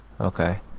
Okay